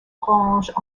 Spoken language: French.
granges